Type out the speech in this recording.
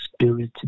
spirit